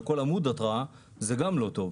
על כל עמוד התרעה זה גם לא טוב.